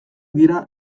dira